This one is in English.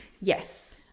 yes